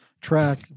track